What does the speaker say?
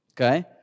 Okay